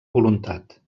voluntat